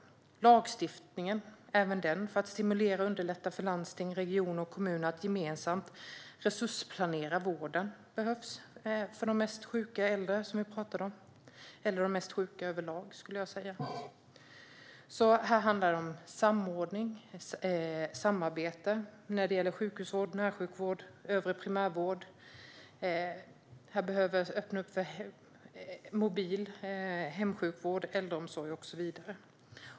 Även lagstiftningen behöver förändras för att stimulera och underlätta för landsting, regioner och kommuner att gemensamt resursplanera vården för de mest sjuka äldre - eller för de mest sjuka över lag, skulle jag säga. Här handlar det om samordning och samarbete när det gäller sjukhusvård, närsjukvård och övrig primärvård. Det behöver öppnas upp för mobil hemsjukvård, äldreomsorg och så vidare.